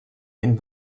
and